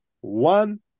one